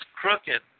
crooked